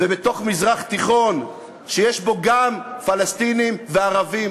ובתוך מזרח תיכון שיש בו גם פלסטינים וערבים,